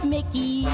Mickey